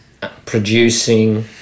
producing